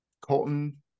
colton